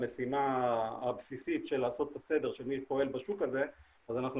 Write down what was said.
למשימה הבסיסית של לעשות את הסדר של מי פועל בשוק הזה אז אנחנו